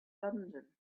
london